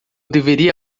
deveria